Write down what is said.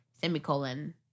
Semicolon